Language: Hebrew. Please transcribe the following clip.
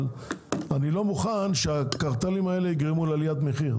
אבל אני לא מוכן שהקרטלים האלה יגרמו לעליית מחיר.